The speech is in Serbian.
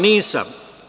Nisam.